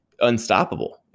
unstoppable